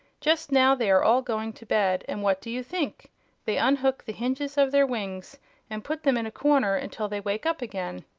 just now they are all going to bed, and what do you think they unhook the hinges of their wings and put them in a corner until they wake up again.